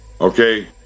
okay